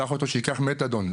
שלח אותו שייקח מתדון,